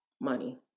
money